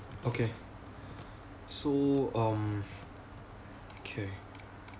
okay so um okay